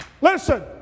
listen